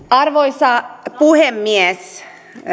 arvoisa puhemies